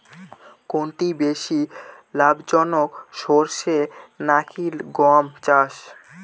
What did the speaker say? কোনটি বেশি লাভজনক সরষে নাকি গম চাষ?